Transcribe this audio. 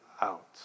out